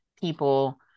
people